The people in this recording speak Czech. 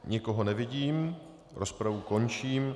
Nikoho nevidím, rozpravu končím.